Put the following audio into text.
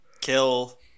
kill –